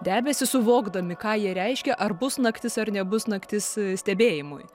debesis suvokdami ką jie reiškia ar bus naktis ar nebus naktis stebėjimui